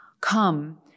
come